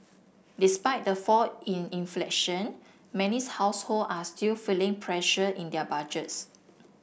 despite the fall in inflation many's household are still feeling pressure in their budgets